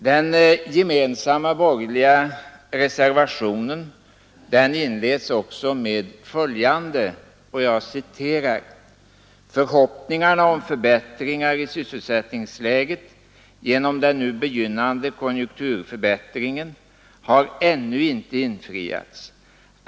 Den gemensamma borgerliga reservationen inleds också med följande: ”För hoppningarna om förbättringar i sysselsättningsläget, genom den nu begynnande konjunkturförbättringen, har ännu inte infriats.